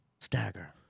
Stagger